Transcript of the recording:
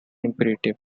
imperative